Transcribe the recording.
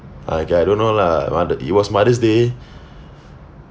okay I don't know lah mothe~ it was mother's day